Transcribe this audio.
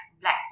Black